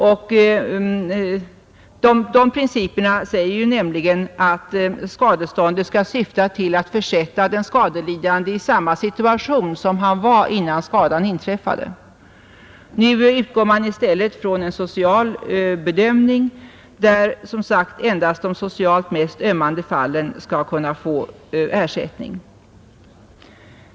Enligt skadeståndsrättsliga principer skall skadeståndet syfta till att försätta den skadelidande i samma situation som han var i innan skadan inträffade. Nu utgår man i stället från en social bedömning, enligt vilken, som sagt, endast de socialt mest ömmande fallen skall kunna få ersättning.